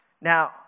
Now